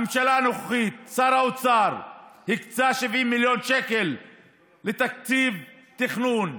בממשלה הנוכחית שר האוצר הקצה 70 מיליון שקל לתקציב תכנון.